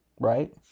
Right